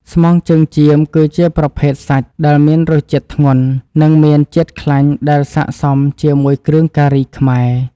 ស្មងជើងចៀមគឺជាប្រភេទសាច់ដែលមានរសជាតិធ្ងន់និងមានជាតិខ្លាញ់ដែលស័ក្តិសមជាមួយគ្រឿងការីខ្មែរ។